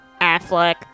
affleck